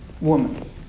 woman